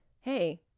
Hey